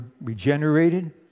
regenerated